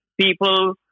people